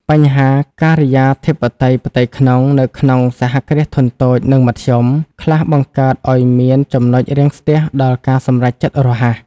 បញ្ហា "ការិយាធិបតេយ្យផ្ទៃក្នុង" នៅក្នុង សហគ្រាសធុនតូច និងមធ្យម ខ្លះ បង្កើតឱ្យមានចំណុចរាំងស្ទះដល់ការសម្រេចចិត្តរហ័ស។